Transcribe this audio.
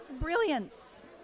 brilliance